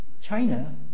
China